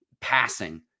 passing